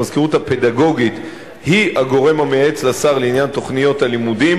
המזכירות הפדגוגית היא הגורם המייעץ לשר לעניין תוכניות הלימודים,